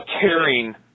caring